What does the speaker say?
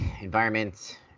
environment